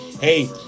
Hey